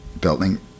building